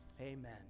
Amen